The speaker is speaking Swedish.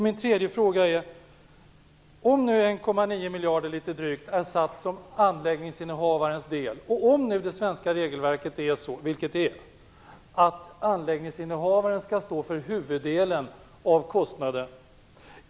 Min tredje fråga är: 1,9 miljarder är satt som anläggningsinnehavarens del, och det svenska regelverket innebär att anläggningsinnehavaren skall stå för huvuddelen av kostnaderna.